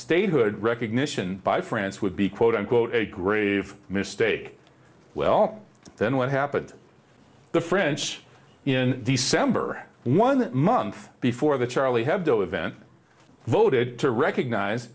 statehood recognition by france would be quote unquote a grave mistake well then what happened to the french in december one month before the charlie hebdo event voted to recognize